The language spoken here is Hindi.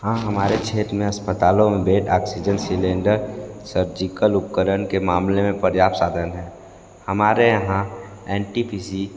हाँ हमारे क्षेत्र में अस्पतालों में बेड ऑक्सीजन सिलेंडर सर्जिकल उपकरण के मामले में प्रयाप्त साधन है हमारे यहाँ एन टी पी सी